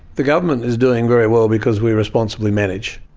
the government is doing very well because we responsibly manage.